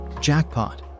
Jackpot